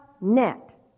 net